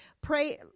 pray